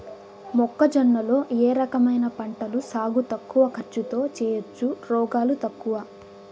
మొక్కజొన్న లో ఏ రకమైన పంటల సాగు తక్కువ ఖర్చుతో చేయచ్చు, రోగాలు తక్కువ?